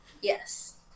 Yes